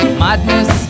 madness